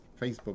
Facebook